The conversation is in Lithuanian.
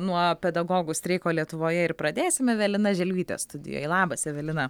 nuo pedagogų streiko lietuvoje ir pradėsim evelina želvytė studijoj labas evelina